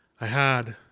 i had,